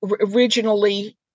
originally